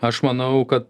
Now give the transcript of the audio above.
aš manau kad